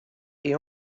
est